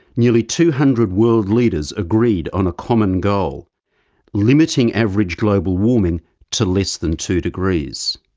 nearly two hundred world leaders agreed on a common goal limiting average global warming to less than two degrees.